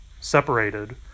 separated